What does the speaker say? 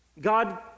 God